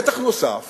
מתח נוסף